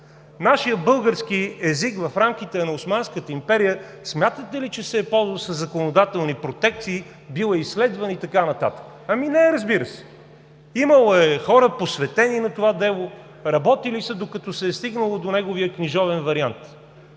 Нашият български език в рамките на Османската империя смятате ли, че се е ползвал със законодателни протекции, бил е изследван и така нататък? Ами не е, разбира се. Имало е хора, посветени на това дело, работили са, докато се е стигнало до неговия книжовен вариант.